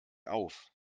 auf